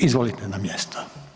Izvolite na mjesto.